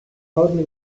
hardly